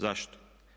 Zašto?